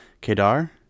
Kedar